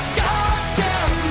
goddamn